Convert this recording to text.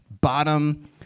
bottom